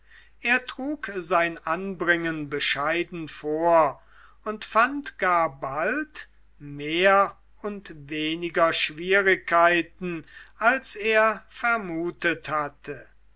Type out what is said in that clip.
er trug sein anbringen bescheiden vor und fand gar bald mehr und weniger schwierigkeiten als er vermutet hatte